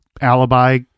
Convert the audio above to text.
alibi